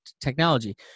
technology